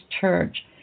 church